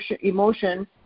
emotion